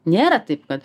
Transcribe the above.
nėra taip kad